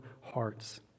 hearts